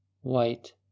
white